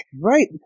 Right